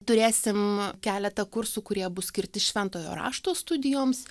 turėsim keletą kursų kurie bus skirti šventojo rašto studijoms